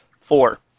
Four